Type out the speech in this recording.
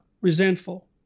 resentful